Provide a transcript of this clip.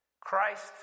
Christ